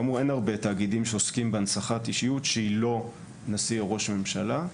אין הרבה תאגידים שעוסקים בהנצחת אישיות שהיא לא נשיא או ראש ממשלה.